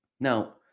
Now